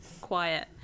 quiet